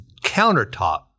countertop